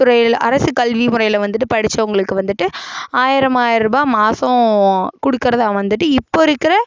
துறையில் அரசு கல்வி முறையில் வந்துட்டு படித்தவங்களுக்கு வந்துட்டு ஆயிரம் ஆயிரரூபாய் மாதம் கொடுக்கிறதா வந்துட்டு இப்போ இருக்கிற